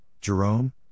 Jerome